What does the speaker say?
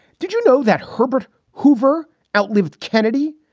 did you know that herbert hoover outlived kennedy?